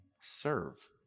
serve